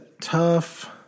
tough